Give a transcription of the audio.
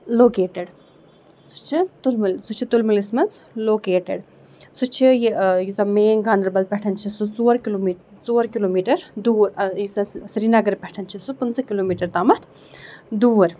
located سُہ چھِ تُلمُلہِ سُہ چھِ تُلمُلِس منٛز لوکیٹٕڈ سُہ چھِ یہِ یُس زَن مین گاندربل پٮ۪ٹھ چھِ سُہ ژور کِلوٗمی ژور کِلوٗمیٖٹر دوٗر یُس اَسہِ سرینگرٕ پٮ۪ٹھ چھِ سُہ پٕنٛژٕ کِلوٗمیٖٹر تامَتھ دوٗر